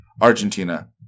Argentina